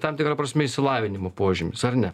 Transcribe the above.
ir tam tikra prasme išsilavinimo požymis ar ne